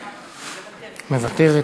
מוותרת,